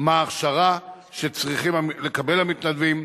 מהי ההכשרה שצריכים לקבל המתנדבים,